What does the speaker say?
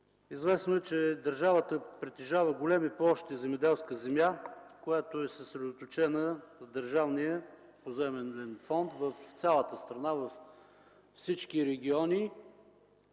Известно е, че държавата притежава големи площи земеделска земя, която е съсредоточена в Държавния поземлен фонд в цялата страна, във всички региони.